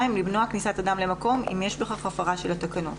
למנוע כניסת אדם למקום אם יש בכך הפרה של התקנות.